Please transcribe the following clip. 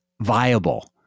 viable